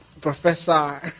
Professor